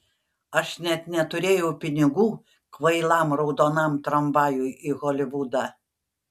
aš net neturėjau pinigų kvailam raudonam tramvajui į holivudą